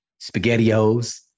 SpaghettiOs